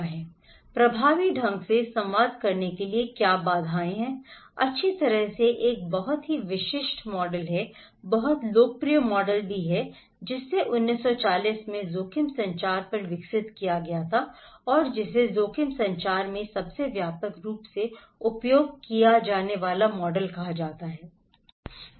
प्रभावी ढंग से संवाद करने के लिए क्या बाधाएं हैं अच्छी तरह से एक बहुत ही विशिष्ट मॉडल है बहुत लोकप्रिय मॉडल है जिसे 1940 में जोखिम संचार पर विकसित किया गया था और जिसे जोखिम संचार में सबसे व्यापक रूप से उपयोग किया जाने वाला मॉडल कहा जाता है